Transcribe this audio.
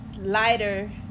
lighter